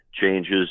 changes